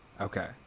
Okay